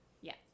yes